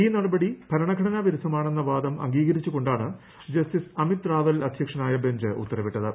ഈ നടപടി ഭരണഘടനാ വിരുദ്ധമാണെന്ന വാദം അംഗീകരിച്ചുകൊണ്ടാണ് ജസ്റ്റിസ് അമിത് റാവൽ അധ്യക്ഷനായ ബഞ്ച് ഉത്തരവിട്ടത്